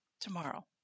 tomorrow